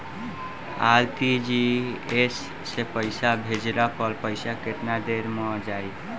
RTGS से पईसा भेजला पर पईसा केतना देर म जाई?